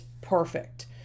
perfect